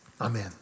Amen